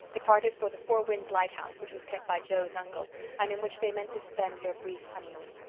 departed for the four winds lighthouse, which was kept by joe's uncle and in which they meant to spend their brief honeymoon.